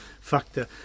factor